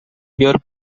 your